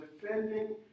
defending